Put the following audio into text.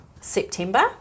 September